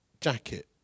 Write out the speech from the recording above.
jacket